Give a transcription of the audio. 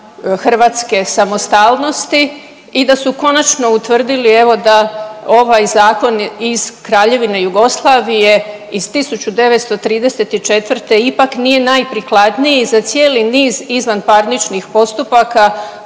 hrvatske samostalnosti i da su konačno utvrdili evo da ovaj zakon iz Kraljevine Jugoslavije iz 1934. ipak nije najprikladniji za cijeli niz izvanparničnih postupaka